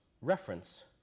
reference